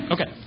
Okay